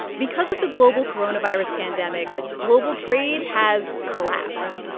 because of the global coronavirus pandemic, global trade has collapsed.